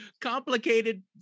complicated